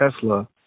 Tesla